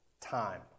time